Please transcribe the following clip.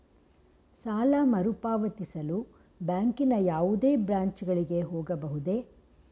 ಸಾಲ ಮರುಪಾವತಿಸಲು ಬ್ಯಾಂಕಿನ ಯಾವುದೇ ಬ್ರಾಂಚ್ ಗಳಿಗೆ ಹೋಗಬಹುದೇ?